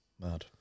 Mad